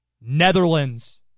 Netherlands